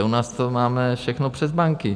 U nás to máme všechno přes banky.